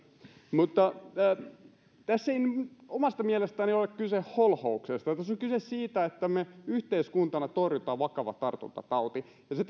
mutta tässä ei omasta mielestäni ole kyse holhouksesta tässä on kyse siitä että me yhteiskuntana torjumme vakavan tartuntataudin ja se